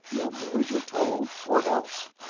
you'll do as you're told, or else!